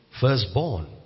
Firstborn